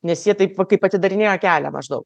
nes jie taip va kaip atidarinėjo kelią maždaug